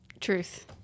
Truth